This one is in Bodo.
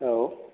औ